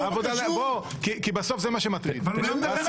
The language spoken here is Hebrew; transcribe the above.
כי בסוף זה מה שמטריד.